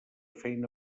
feina